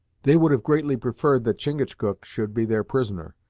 they would have greatly preferred that chingachgook should be their prisoner,